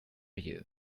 you